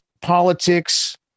politics